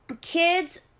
Kids